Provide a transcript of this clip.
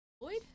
Lloyd